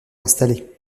installés